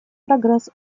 прогресс